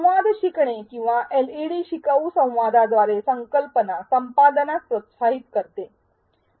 संवाद शिकणे किंवा एलईडी शिकाऊ संवादाद्वारे संकल्पना संपादनास प्रोत्साहित करते